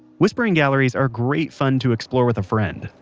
whispering galleries are great fun to explore with a friend.